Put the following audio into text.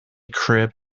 crib